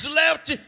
left